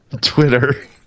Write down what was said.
Twitter